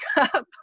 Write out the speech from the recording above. up